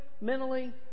mentally